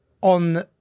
on